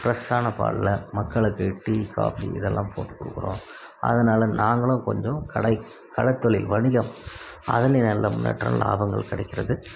ஃப்ரெஷ்ஷான பாலில் மக்களுக்கு டீ காஃபி இதெல்லாம் போட்டுக்கொடுக்குறோம் அதனால் நாங்களும் கொஞ்சம் கடை கடைத்தொழில் வணிகம் அதிலயும் நல்ல முன்னேற்றம் லாபங்கள் கிடைக்கிறது